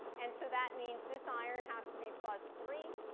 and so that means this iron has to be plus three.